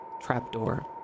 trapdoor